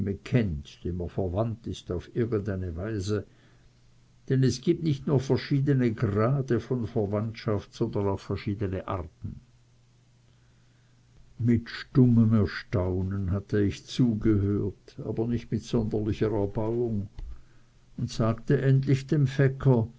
kennt dem er verwandt ist auf irgend eine weise denn es gibt nicht nur verschiedene grade von verwandtschaft sondern auch verschiedene arten mit stummem erstaunen hatte ich zugehört aber nicht mit sonderlicher erbauung und sagte endlich dem fecker